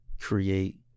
create